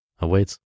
awaits